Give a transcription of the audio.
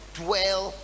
dwell